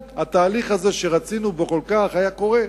התהליך הזה, שרצינו בו כל כך, היה קורה מזמן,